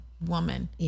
woman